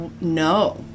no